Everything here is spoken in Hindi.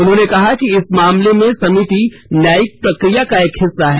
उन्होंने कहा कि इस मामले में समिति न्यायिक प्रक्रिया का एक हिस्सा है